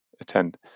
attend